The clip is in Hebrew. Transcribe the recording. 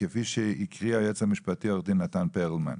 כפי שהקריא היועץ המשפטי עו"ד נתן פרלמן?